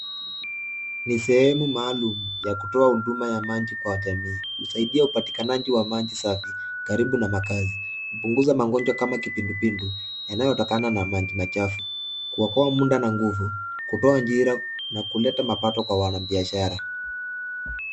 Ni sehemu maalum ya kutoa huduma ya maji kwa jamii. Husaidia upatikanaji wa maji safi, karibu na makazi. Hupunguza magonjwa kama kipindupindu, yanayotokana na maji machafu; kuokoa muda na nguvu, kutoa ajira na kuleta mapato kwa wana biashara.